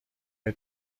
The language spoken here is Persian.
های